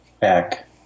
back